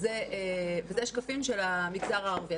וזה שקפים של המגזר הערבי.